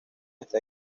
está